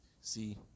See